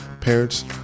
Parents